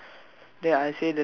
blue pink okay